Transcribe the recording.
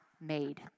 made